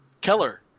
Keller